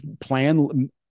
Plan